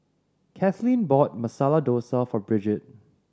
Katlynn bought Masala Dosa for Brigette